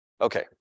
Okay